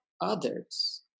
others